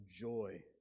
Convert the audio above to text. joy